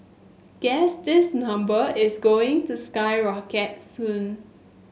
guess this number is going to skyrocket soon